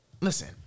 listen